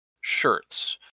shirts